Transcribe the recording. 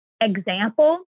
example